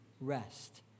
rest